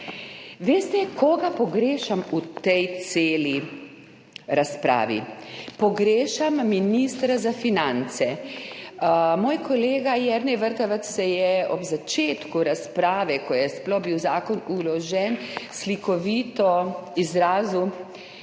Veste, koga pogrešam v tej celi razpravi? Pogrešam ministra za finance. Moj kolega Jernej Vrtovec se je ob začetku razprave, ko je sploh bil zakon vložen, slikovito izrazil: